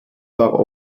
war